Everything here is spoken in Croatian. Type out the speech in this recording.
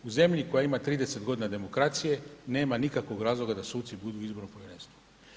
U zemlji koja ima 30 g. demokracije, nema nikakvog razloga da suci budu u izbornom povjerenstvu.